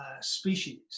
species